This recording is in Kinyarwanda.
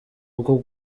uku